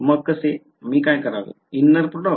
मग कसे मी काय करावे inner products बरोबर